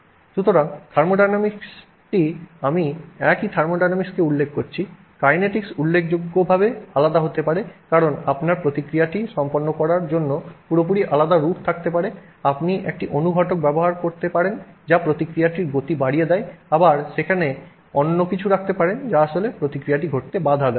সুতরাং থার্মোডাইনামিকসটি আমি একই থার্মোডিনামিক্সকে উল্লেখ করছি কাইনেটিকস উল্লেখযোগ্যভাবে আলাদা হতে পারে কারণ আপনার প্রতিক্রিয়াটি সম্পন্ন করার জন্য পুরোপুরি আলাদা রুট থাকতে পারে আপনি একটি অনুঘটক ব্যবহার করতে পারেন যা প্রতিক্রিয়ার গতি বাড়িয়ে দেয় আবার আপনি সেখানে অন্য কিছু রাখতে পারেন যা আসলে প্রতিক্রিয়াটি ঘটতে বাধা দেয়